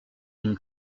une